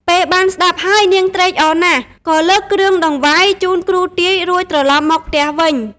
ពេលបានស្តាប់ហើយ នាងត្រេកអរណាស់ ក៏លើកគ្រឿងតង្វាយជូនគ្រូទាយ រួចត្រឡប់មកផ្ទះវិញ ។